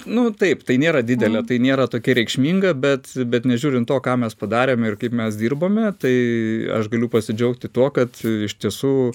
nu taip tai nėra didelė tai nėra tokia reikšminga bet bet nežiūrint to ką mes padarėme ir kaip mes dirbome tai aš galiu pasidžiaugti tuo kad iš tiesų